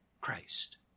Christ